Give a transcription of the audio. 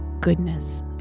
goodness